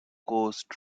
coast